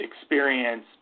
experience